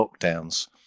lockdowns